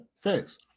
thanks